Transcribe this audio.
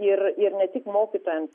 ir ir ne tik mokytojams